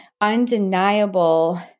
undeniable